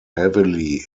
heavily